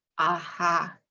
aha